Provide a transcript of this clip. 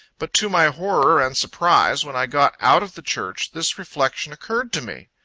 but to my horror and surprise, when i got out of the church, this reflection occurred to me,